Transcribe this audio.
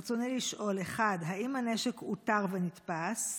רצוני לשאול: 1. האם הנשק אותר ונתפס?